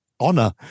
honor